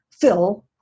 Phil